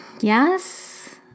Yes